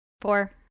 Four